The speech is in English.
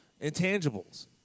Intangibles